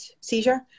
seizure